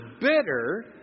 bitter